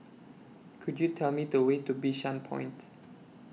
Could YOU Tell Me The Way to Bishan Point